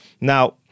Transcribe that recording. Now